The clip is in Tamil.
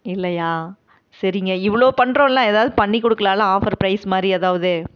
இல்லையா சரிங்க இவ்வளோ பண்ணுறோம்ல ஏதாவது பண்ணி கொடுக்குலால்ல ஆஃபர் பிரைஸ் மாதிரி ஏதாவது